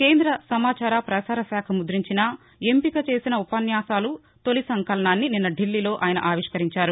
కేంద్ర సమాచార పసార శాఖ ముద్దించిన ఎంపిక చేసిన ఉపన్యాసాలు తొలి సంకలనాన్ని నిన్న ఢిల్లీలో ఆయన ఆవిష్కరించారు